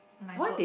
my clo~